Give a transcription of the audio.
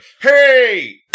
Hey